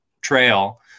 trail